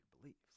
beliefs